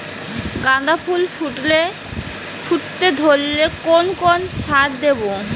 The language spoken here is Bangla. গাদা ফুল ফুটতে ধরলে কোন কোন সার দেব?